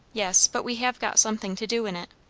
yes. but we have got something to do in it.